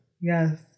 Yes